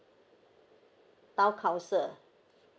town council